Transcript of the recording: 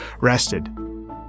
rested